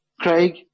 Craig